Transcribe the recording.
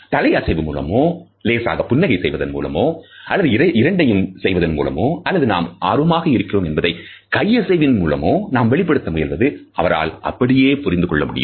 தலை அசைப்பதன் மூலமோ லேசாக புன்னகை செய்வதன் மூலமோ அல்லது இரண்டையும் செய்வதன் மூலமோ அல்லது நாம் ஆர்வமாக இருக்கிறோம் என்பதை கை அசைவின் மூலமோ நாம் வெளிப்படுத்த முயல்வது அவரால் அப்படியே புரிந்து கொள்ளமுடியும்